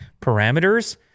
parameters